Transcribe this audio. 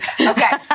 Okay